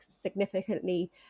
significantly